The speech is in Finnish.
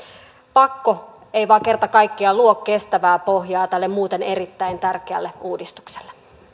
pakko ei vain kerta kaikkiaan luo kestävää pohjaa tälle muuten erittäin tärkeälle uudistukselle